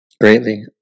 greatly